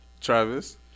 Travis